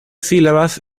sílabas